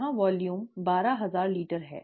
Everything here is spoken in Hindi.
यहां वॉल्यूम बारह हजार लीटर है